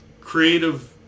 creative